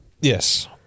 Yes